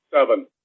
seven